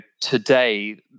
today